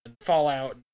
Fallout